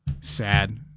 Sad